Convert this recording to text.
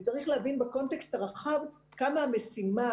וצריך להבין בקונטקסט הרחב כמה המשימה